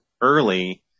early